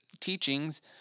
teachings